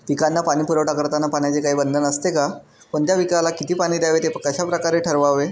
पिकांना पाणी पुरवठा करताना पाण्याचे काही बंधन असते का? कोणत्या पिकाला किती पाणी द्यावे ते कशाप्रकारे ठरवावे?